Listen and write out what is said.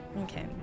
Okay